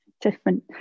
different